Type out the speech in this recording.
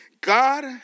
God